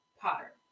Potter